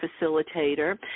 facilitator